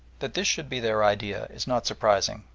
that this should be their idea is not surprising,